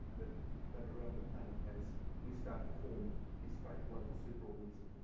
but but around the planet as we start to form this great global superorganism.